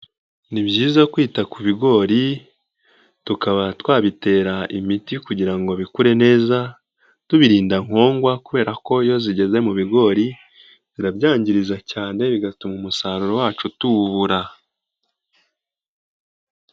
Ni byiza kwita ku bigori tukaba twabitera imiti kugira ngo bikure neza, tubirinda nkongwa kubera ko iyo zigeze mu bigori, zirabyangiza cyane bigatuma umusaruro wacu tuwubura.